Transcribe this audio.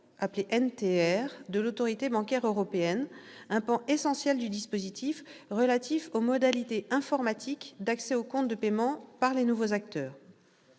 ou NTR, de l'Autorité bancaire européenne, l'ABE, un pan essentiel du dispositif, relatif aux modalités informatiques d'accès aux comptes de paiement par les nouveaux acteurs.